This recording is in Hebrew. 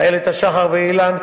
אילת השחר ואילן,